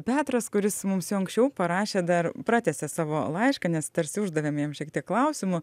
petras kuris mums jau anksčiau parašė dar pratęsė savo laišką nes tarsi uždavėm jam šiek tiek klausimų